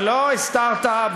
ולא הסתרת,